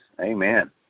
Amen